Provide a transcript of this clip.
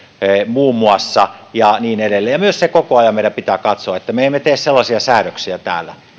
muun muassa ja niin edelleen ja myös koko ajan meidän pitää katsoa että me emme tee sellaisia säädöksiä täällä